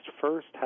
first